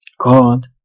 God